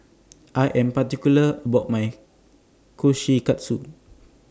I Am particular about My Kushikatsu